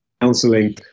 counseling